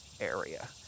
area